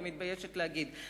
אני מתביישת להגיד.